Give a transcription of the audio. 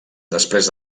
després